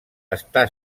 està